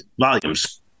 volumes